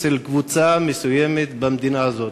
אצל קבוצה מסוימת במדינה הזאת.